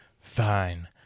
Fine